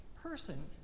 person